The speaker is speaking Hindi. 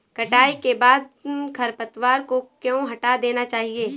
कटाई के बाद खरपतवार को क्यो हटा देना चाहिए?